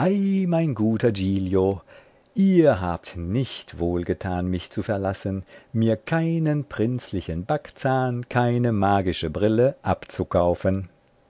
mein guter giglio ihr habt nicht wohl getan mich zu verlassen mir keinen prinzlichen backzahn keine magische brille abzukaufen